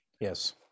yes